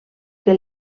que